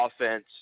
offense